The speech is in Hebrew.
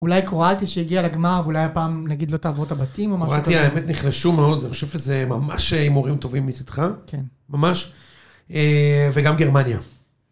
אולי קרואטיה שהגיעה לגמר, אולי הפעם, נגיד, לא תעבור את הבתים, או משהו כזה. קרואטיה, האמת, נחלשו מאוד. אני חושב שזה ממש הימורים טובים מצדך. כן. ממש, וגם גרמניה.